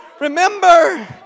Remember